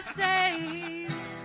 saves